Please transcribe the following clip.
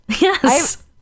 yes